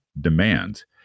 demands